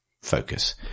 focus